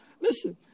Listen